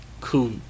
cool